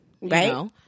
Right